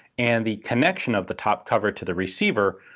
and the connection of the top cover to the receiver,